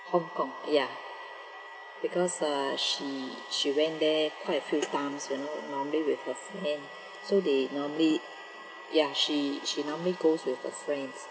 hong kong ya because ah she she went there quite a few times you know normally with her friend so they normally ya she she normally goes with her friends